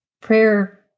Prayer